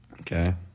Okay